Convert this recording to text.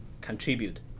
contribute